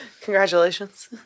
Congratulations